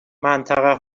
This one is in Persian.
منطقه